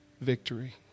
victory